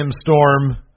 Storm